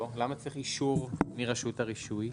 למה צריך אישור מרשות הרישוי?